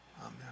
Amen